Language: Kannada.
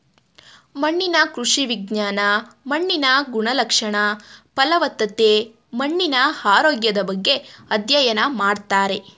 ಮಣ್ಣಿನ ಕೃಷಿ ವಿಜ್ಞಾನ ಮಣ್ಣಿನ ಗುಣಲಕ್ಷಣ, ಫಲವತ್ತತೆ, ಮಣ್ಣಿನ ಆರೋಗ್ಯದ ಬಗ್ಗೆ ಅಧ್ಯಯನ ಮಾಡ್ತಾರೆ